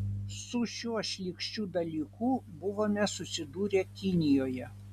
su šiuo šlykščiu dalyku buvome susidūrę kinijoje